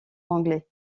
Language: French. anglais